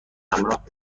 همراه